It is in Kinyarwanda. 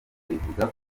rivuga